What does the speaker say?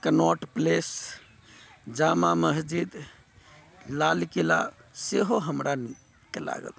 Connaught Place Jama Masjid Lal Qila सेहो हमरा नीक लागल